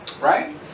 Right